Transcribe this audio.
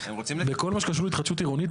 בכל מה שקשור להתחדשות עירונית,